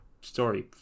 story